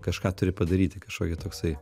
kažką turi padaryti kažkokį toksai